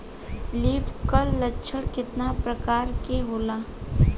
Leaf curl लक्षण केतना परकार के होला?